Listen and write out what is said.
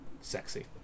sexy